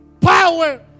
power